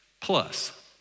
Plus